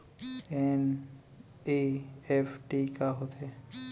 NEFT का होथे?